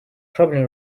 problem